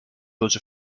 those